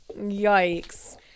Yikes